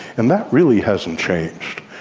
and that really hasn't changed.